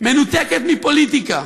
מנותקת מפוליטיקה,